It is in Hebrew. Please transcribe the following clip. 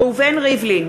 ראובן ריבלין,